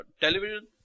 television